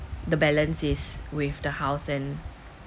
the balance is with the house and